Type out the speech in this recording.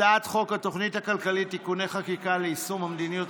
הצעת חוק התוכנית הכלכלית (תיקוני חקיקה ליישום המדיניות